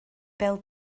bêl